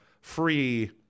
free